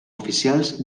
oficials